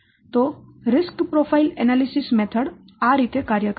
તો risk profile analysis પદ્ધતિ આ રીતે કાર્ય કરે છે